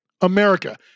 America